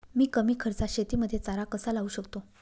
मी कमी खर्चात शेतीमध्ये चारा कसा लावू शकतो?